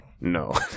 No